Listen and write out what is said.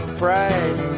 pride